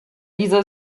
dieser